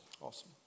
Awesome